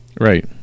Right